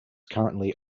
currently